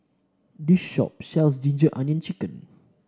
this shop sells ginger onion chicken